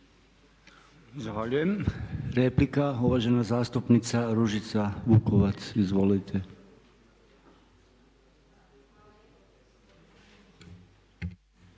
Zahvaljujem. Replika, uvažena zastupnica Ružica Vukovac. Izvolite.